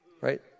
right